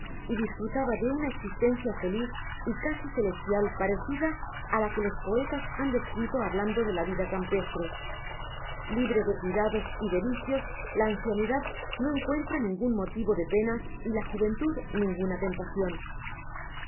y disfrutaba de una existencia feliz y casi celestial parecida á la que los poetas han descrito hablando de la vida campestre libre de cuidados y de vicios la ancianidad no encuentra ningun motivo de penas y la juventud nidguna tentacion